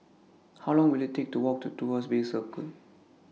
How Long Will IT Take to Walk to Tuas Bay Circle